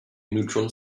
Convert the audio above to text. neutron